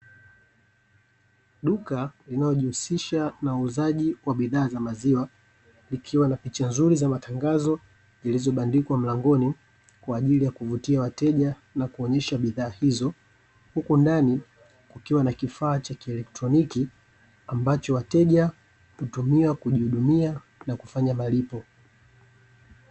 Duka linaojihusisha na uuzaji wa bidhaa za maziwa likiwa na picha nzuri za matangazo; zilizobandikwa mlangoni kwa ajili ya kuvutia wateja na kuonyesha bidhaa hizo, huko ndani kukiwa na kifaa cha kielektroniki ambacho wateja hutumia kujihudumia na kufanya malipo.